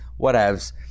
Whatevs